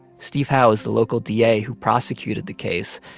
steve howe is the local da who prosecuted the case,